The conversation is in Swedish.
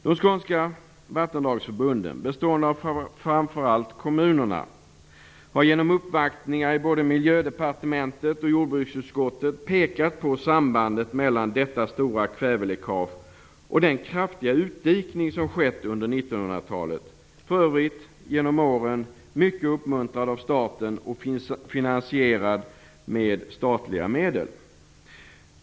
De skånska vattendragsförbunden, bestående av framför allt kommunerna, har genom uppvaktningar i både Miljödepartementet och jordbruksutskottet pekat på sambandet mellan detta stora kväveläckage och den kraftiga utdikning som skett under 1900-talet, för övrigt genom åren mycket uppmuntrad av staten och finansierad med statliga medel.